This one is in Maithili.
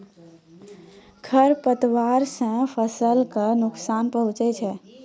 खरपतवार से फसल क नुकसान पहुँचै छै